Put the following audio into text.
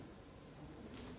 Hvala